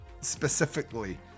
specifically